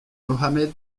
mohammed